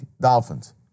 Dolphins